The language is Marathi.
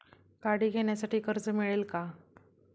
गाडी घेण्यासाठी कर्ज मिळेल का?